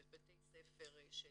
בתי ספר של